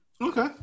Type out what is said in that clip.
Okay